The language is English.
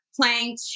playing